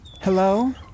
Hello